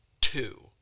two